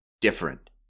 different